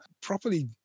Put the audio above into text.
Properly